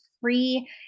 free